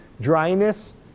dryness